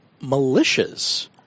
militias